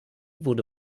wurde